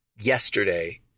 yesterday